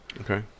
Okay